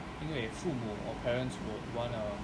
因为父母 or parents will want to